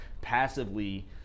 passively